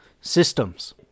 Systems